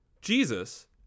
Jesus